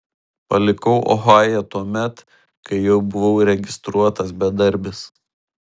palikau ohają tuomet kai jau buvau registruotas bedarbis